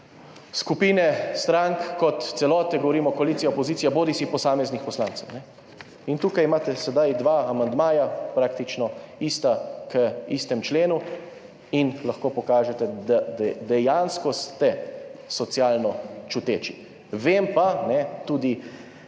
skupine strank kot celote, govorimo, koalicija – opozicija, bodisi posameznih poslancev. In tukaj imate sedaj dva amandmaja praktično ista k istemu členu in lahko pokažete, da dejansko ste socialno čuteči. Vem pa, tudi